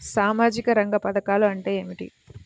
సామాజిక రంగ పధకాలు అంటే ఏమిటీ?